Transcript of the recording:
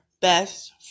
best